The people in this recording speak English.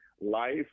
life